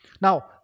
Now